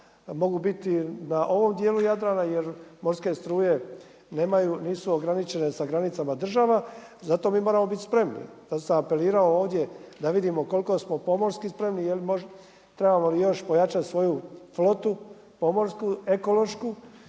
mogu biti na ovom djelu Jadrana jer morske struje nisu ograničene sa granicama država, za to mi moramo biti spremni. Zato sam apelirao ovdje da vidimo koliko smo pomorski spremni, trebamo li još pojačati svoju flotu pomorsku, ekološku